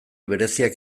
bereziak